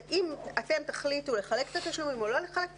אם אתם תחליטו לחלק את התשלומים או לא לחלק התשלומים,